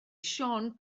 siôn